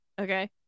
Okay